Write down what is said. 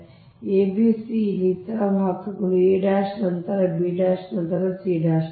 ಆದ್ದರಿಂದ a b c ಇಲ್ಲಿ ಇತರ ವಾಹಕಗಳು a ನಂತರ b ನಂತರ c